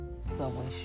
Subway